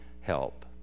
help